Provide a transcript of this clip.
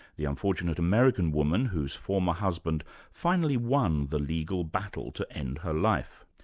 the unfortunate american woman whose former husband finally won the legal battle to end her life.